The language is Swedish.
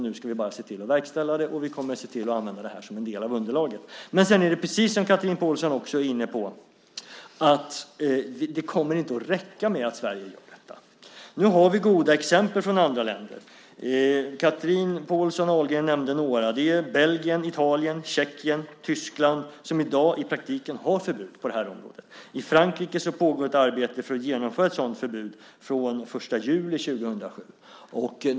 Nu ska vi bara se till att verkställa det, och vi kommer att se till att använda det här som en del av underlaget. Men sedan är det precis så som Chatrine Pålsson Ahlgren också är inne på, att det inte kommer att räcka med att Sverige gör detta. Nu har vi goda exempel från andra länder, och Chatrine Pålsson Ahlgren nämnde några. Det är Belgien, Italien, Tjeckien och Tyskland som i dag i praktiken har förbud på det här området. I Frankrike pågår ett arbete för att genomföra ett sådant förbud från den 1 juli 2007.